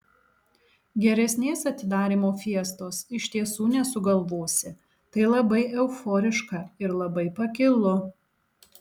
geresnės atidarymo fiestos iš tiesų nesugalvosi tai labai euforiška ir labai pakilu